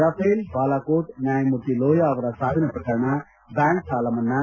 Rafale Balakot ನ್ಗಾಯಮೂರ್ತಿ ಲೋಯಾ ಅವರ ಸಾವಿನ ಪ್ರಕರಣ ಬ್ಲಾಂಕ್ ಸಾಲಮನ್ನಾ